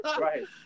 Right